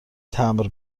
تمبر